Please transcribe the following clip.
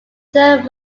term